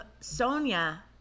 Sonia